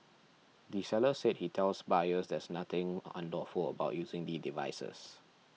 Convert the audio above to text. the seller said he tells buyers there's nothing unlawful about using the devices